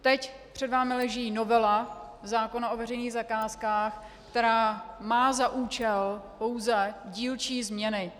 Teď před vámi leží novela zákona o veřejných zakázkách, která má za účel pouze dílčí změny.